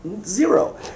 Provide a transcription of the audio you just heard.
zero